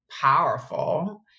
powerful